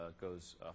goes